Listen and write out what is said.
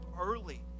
early